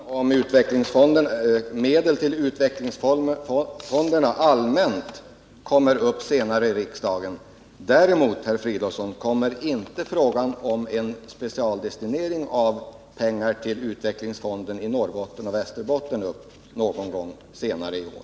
Herr talman! Bara en upplysning. Frågan om medel till utvecklingsfonder rent allmänt kommer upp här i riksdagen senare i vår. Däremot, herr Fridolfsson, kommer inte frågan om en specialdestinering av pengar till utvecklingsfonden i Norrbotten och Västerbotten upp någon gång senare i vår.